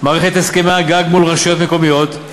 מערכת הסכמי הגג מול רשויות מקומיות,